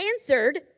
answered